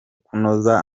kunoza